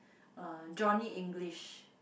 uh Johnny English